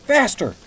Faster